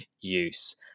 use